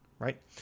right